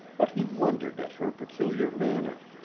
but he wondered at her peculiar manner.